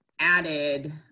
added